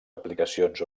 aplicacions